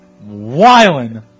wiling